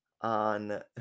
on